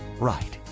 right